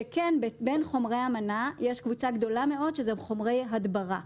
מה שכן היה בין חומרי האמנה יש קבוצה גדולה מאוד של חומרי הדברה.